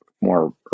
more